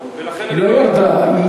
ולכן לא ירדה.